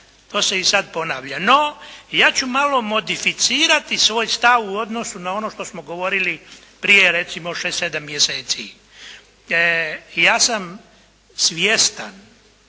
To se i sada ponavlja. No, ja ću malo modificirati svoj stav u odnosu na ono što smo govorili prije recimo šest, sedam mjeseci. Ja sam svjestan